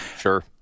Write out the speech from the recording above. Sure